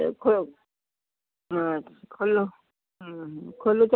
ଏଇ ହଁ ହୁଁ ଖୋଲୁଛ କେତେବେଳେ